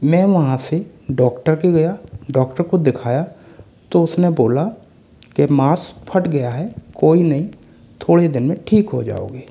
मैं वहाँ से डॉक्टर के गया डॉक्टर को दिखाया तो उस ने बोला के मांस फट गया है कोई नहीं थोड़े दिन में ठीक हो जाओगे